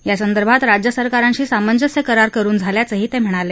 यासंदर्भात राज्य सरकारांशी सामंजस्य करार करून झाल्याचंही ते म्हणाले